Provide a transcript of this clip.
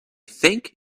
think